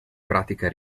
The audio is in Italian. pratica